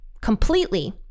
completely